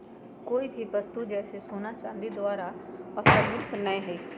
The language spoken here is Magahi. कोय भी वस्तु जैसे सोना चांदी द्वारा समर्थित नय हइ